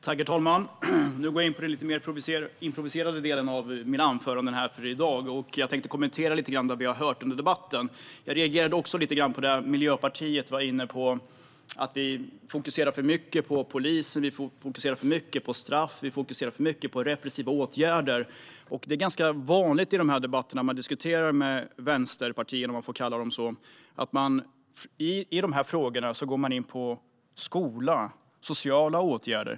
Herr talman! Nu går jag in på den lite mer improviserade delen av mina anföranden här i dag. Jag tänkte kommentera lite grann det som vi har hört under debatten. Jag reagerade på det som Miljöpartiet var inne på, att vi fokuserar för mycket på polisen, på straff och på repressiva åtgärder. Det är ganska vanligt i dessa debatter att när man diskuterar med vänsterpartier - om jag får kalla dem så - går de in på skola och sociala åtgärder.